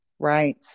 Right